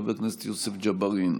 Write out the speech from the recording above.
חבר הכנסת יוסף ג'בארין,